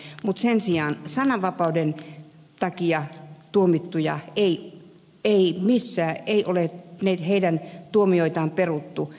mutta sen sijaan sananvapauden takia tuomittujen tuomioita ei ole peruttu